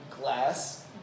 glass